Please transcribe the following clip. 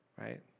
right